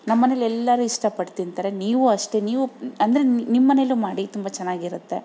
ನಮ್ಮ ಮನೆಲಿ ಎಲ್ಲರೂ ಇಷ್ಟಪಟ್ಟು ತಿಂತಾರೆ ನೀವು ಅಷ್ಟೇ ನೀವು ಅಂದರೆ ನಿಮ್ಮ ಮನೆಲ್ಲೂ ಮಾಡಿ ತುಂಬ ಚೆನಾಗಿರತ್ತೆ